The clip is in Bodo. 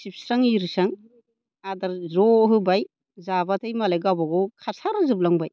सिबस्रां इरिस्रां आदार ज' होबाय जाबाथाय मालाय गाबागाव खारसार जोबलांबाय